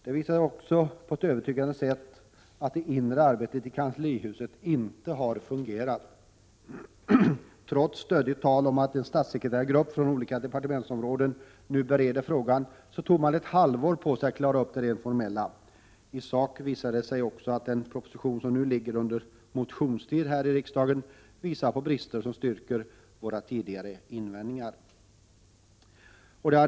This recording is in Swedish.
Det visar också på ett övertygande sätt att det inre arbetet i kanslihuset inte har fungerat. Trots ”stöddigt” tal om att en statssekreterargrupp från olika departementsområden nu bereder frågan, tog man ett halvår på sig för att klara upp det rent formella. I sak visar det sig också att den proposition som nu ligger under motionstid här i riksdagen tyder på brister som styrker våra tidigare invändningar.